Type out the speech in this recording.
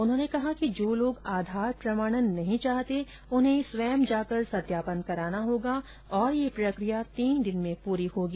उन्होंने कहा कि जो लोग आधार प्रमाणन नहीं चाहते उन्हें स्वयं जाकर संत्यापन कराना होगा और यह प्रक्रिया तीन दिन में पूरी होगी